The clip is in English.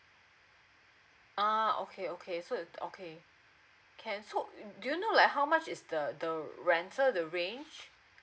uh okay okay so it okay can so do you know like how much is the the rental the range